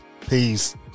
Peace